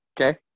Okay